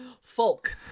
Folk